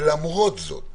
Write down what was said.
ולמרות זאת,